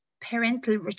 parental